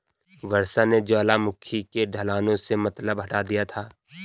वर्षा ने ज्वालामुखी की ढलानों से मलबा हटा दिया था